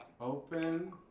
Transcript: Open